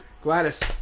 Gladys